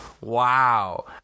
Wow